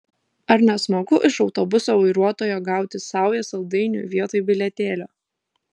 ar ne smagu iš autobuso vairuotojo gauti saują saldainių vietoj bilietėlio